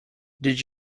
did